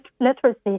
literacy